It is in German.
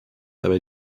aber